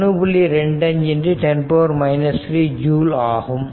25×10 3 joule ஆகும்